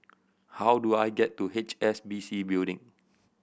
how do I get to H S B C Building